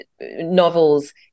novels